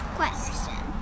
question